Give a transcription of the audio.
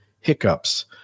hiccups